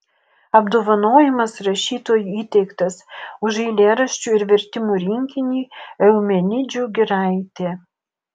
apdovanojimas rašytojui įteiktas už eilėraščių ir vertimų rinkinį eumenidžių giraitė